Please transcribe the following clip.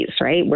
right